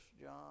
John